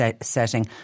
setting